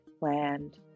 land